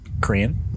Korean